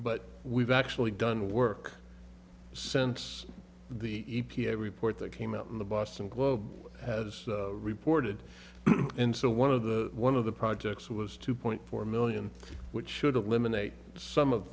but we've actually done work cents the e p a report that came out in the boston globe has reported and so one of the one of the projects was two point four million which should eliminate some of